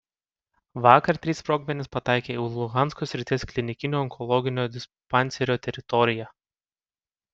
vakar trys sprogmenys pataikė į luhansko srities klinikinio onkologinio dispanserio teritoriją